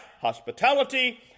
hospitality